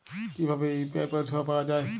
কিভাবে ইউ.পি.আই পরিসেবা পাওয়া য়ায়?